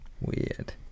Weird